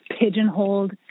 pigeonholed